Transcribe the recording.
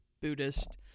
buddhist